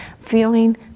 feeling